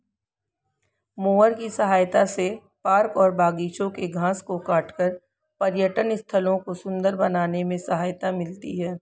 mower की सहायता से पार्क और बागिचों के घास को काटकर पर्यटन स्थलों को सुन्दर बनाने में सहायता मिलती है